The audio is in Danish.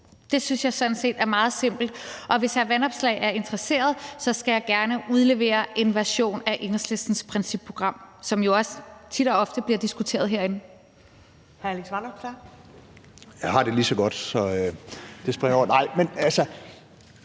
Det synes jeg sådan set er meget simpelt. Og hvis hr. Alex Vanopslagh er interesseret, skal jeg gerne udlevere en version af Enhedslistens principprogram, som jo også tit og ofte bliver diskuteret herinde.